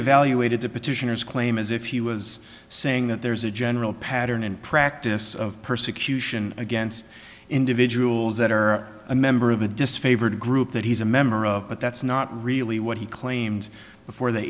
evaluated the petitioners claim as if he was saying that there is a general pattern and practice of persecution against individuals that are a member of a disfavored group that he's a member of but that's not really what he claimed before the